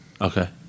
Okay